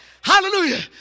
hallelujah